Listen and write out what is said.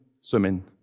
swimming